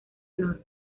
honor